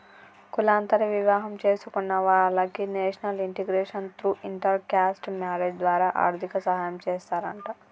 కులాంతర వివాహం చేసుకున్న వాలకి national integration through inter caste marriage ద్వారా ఆర్థిక సాయం చేస్తారంట